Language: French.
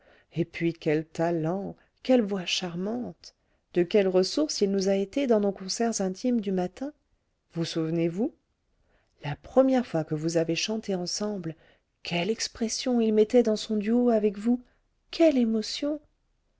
et puis quel talent quelle voix charmante de quelle ressource il nous a été dans nos concerts intimes du matin vous souvenez-vous la première fois que vous avez chanté ensemble quelle expression il mettait dans son duo avec vous quelle émotion